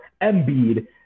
Embiid